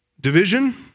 Division